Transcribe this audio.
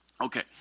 Okay